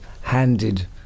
handed